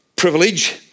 privilege